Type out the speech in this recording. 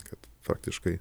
kad faktiškai